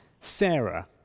Sarah